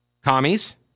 commies